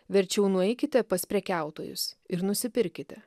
verčiau nueikite pas prekiautojus ir nusipirkite